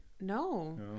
no